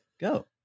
go